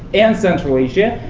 and central asia,